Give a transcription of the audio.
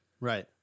Right